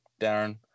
Darren